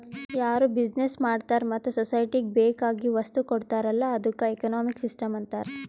ಯಾರು ಬಿಸಿನೆಸ್ ಮಾಡ್ತಾರ ಮತ್ತ ಸೊಸೈಟಿಗ ಬೇಕ್ ಆಗಿವ್ ವಸ್ತು ಕೊಡ್ತಾರ್ ಅಲ್ಲಾ ಅದ್ದುಕ ಎಕನಾಮಿಕ್ ಸಿಸ್ಟಂ ಅಂತಾರ್